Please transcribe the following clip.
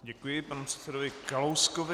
Děkuji panu předsedovi Kalouskovi.